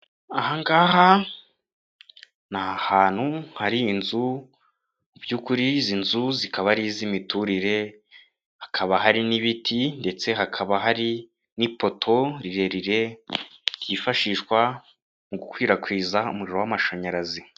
Aha ngaha ni ahantu hari inzu mu byukuri izi nzu zikaba ari iz'imiturire, hakaba hari n'ibiti ndetse hakaba hari n'ipoto rirerire, ryifashishwa mu gukwirakwiza umuriro w'amashanyarazi.